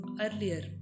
earlier